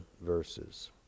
verses